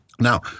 Now